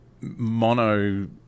mono